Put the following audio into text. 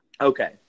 Okay